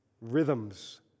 rhythms